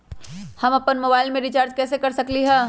हम अपन मोबाइल में रिचार्ज कैसे कर सकली ह?